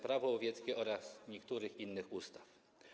Prawo łowieckie oraz niektórych innych ustaw.